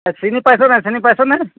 চিনি পাইছ নাই চিনি পাইছ নে